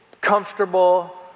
comfortable